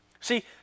See